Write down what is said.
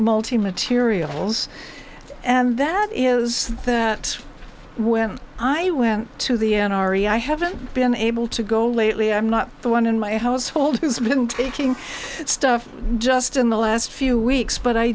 multi materials and that is that when i went to the n r a i haven't been able to go lately i'm not the one in my household who's been taking stuff just in the last few weeks but i